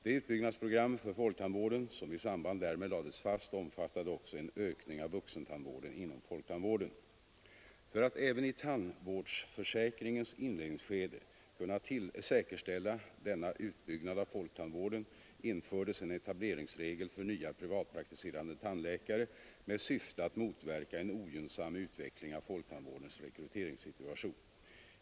Det utbyggnadsprogram för folktandvården som i samband därmed lades fast omfattade också en ökning av vuxentandvården inom folktandvården. För att även i tandvårdsförsäkringens inledningsskede kunna säkerställa denna utbyggnad av folktandvården infördes en etableringsregel för nya privatpraktiserande tandläkare med syfte att motverka en ogynnsam utveckling av folktandvårdens rekryteringssituation.